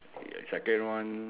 second one